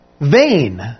vain